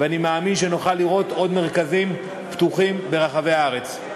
ואני מאמין שנוכל לראות עוד מרכזים פתוחים ברחבי הארץ.